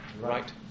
right